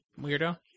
weirdo